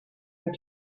and